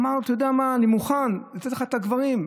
אמר: אתה יודע מה, אני מוכן לתת לך את הגברים.